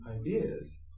ideas